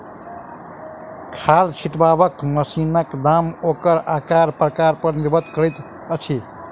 खाद छिटबाक मशीनक दाम ओकर आकार प्रकार पर निर्भर करैत अछि